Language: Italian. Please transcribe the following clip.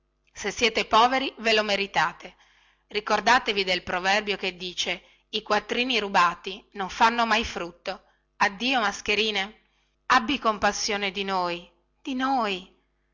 se siete poveri ve lo meritate ricordatevi del proverbio che dice i quattrini rubati non fanno mai frutto addio mascherine abbi compassione di noi di noi